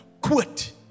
quit